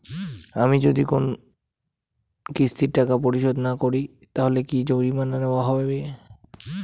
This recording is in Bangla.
আমি যদি কোন কিস্তির টাকা পরিশোধ না করি তাহলে কি জরিমানা নেওয়া হবে?